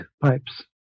pipes